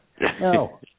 No